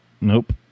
Nope